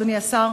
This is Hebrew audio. אדוני השר,